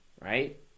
right